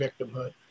victimhood